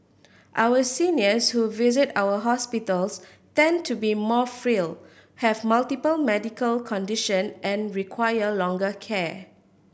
our seniors who visit our hospitals tend to be more frail have multiple medical condition and require longer care